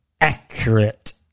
accurate